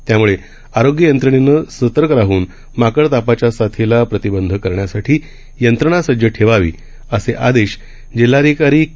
त्यामुळे आरोग्य यंत्रणेन सतर्क राहन माकड तापाच्या साथीला प्रतिबंध करण्यासाठी यंत्रणा सज्ज ठेवावी असे आदेश जिल्हाधिकारी के